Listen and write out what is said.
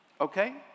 Okay